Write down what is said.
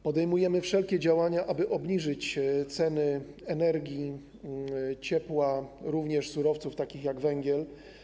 Podejmujemy wszelkie działania, aby obniżyć ceny energii, ciepła, również surowców takich jak węgiel.